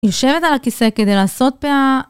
יושבת על הכיסא כדי לעשות אה..